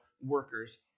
workers